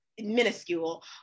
minuscule